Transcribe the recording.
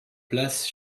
place